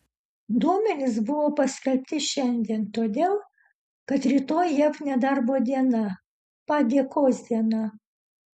duomenys buvo paskelbti šiandien todėl kad rytoj jav nedarbo diena padėkos diena